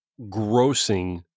grossing